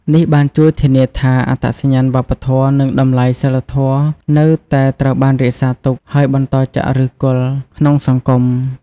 នេះបានជួយធានាថា អត្តសញ្ញាណវប្បធម៌ និងតម្លៃសីលធម៌នៅតែត្រូវបានរក្សាទុក ហើយបន្តចាក់ឫសគល់ក្នុងសង្គម។